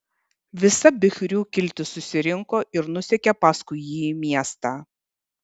visa bichrių kiltis susirinko ir nusekė paskui jį į miestą